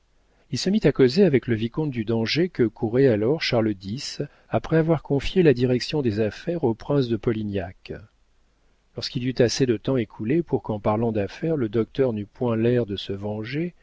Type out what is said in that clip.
il se mit à causer avec le vicomte du danger que courait alors charles x après avoir confié la direction des affaires au prince de polignac lorsqu'il y eut assez de temps écoulé pour qu'en parlant d'affaires le docteur n'eût point l'air de se venger